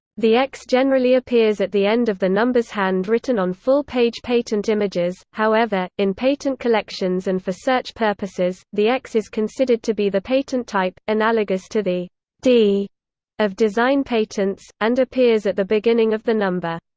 the x generally appears at the end of the numbers hand-written on full-page patent images however, in patent collections and for search purposes, the x is considered to be the patent type analogous to the d of design patents and appears at the beginning of the number.